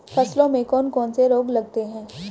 फसलों में कौन कौन से रोग लगते हैं?